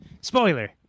Spoiler